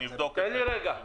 אני אבדוק את זה.